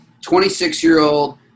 26-year-old